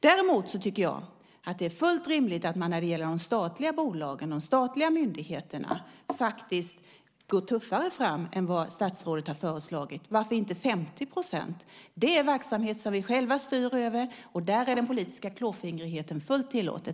Däremot tycker jag att det är fullt rimligt att man, när det gäller de statliga bolagen och de statliga myndigheterna, faktiskt går tuffare fram än vad statsrådet har föreslagit. Varför inte 50 %? Det är verksamhet som vi själva styr över. Där är den politiska klåfingrigheten fullt tillåten.